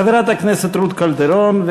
חברת הכנסת רות קלדרון,